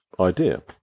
idea